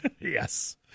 Yes